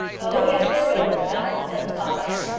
oh, yes, there will, isabel, said the father.